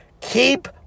Keep